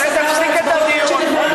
שתפסיק את הדיון.